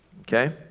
okay